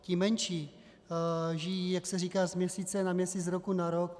Ti menší žijí, jak se říká, z měsíce na měsíc, z roku na rok.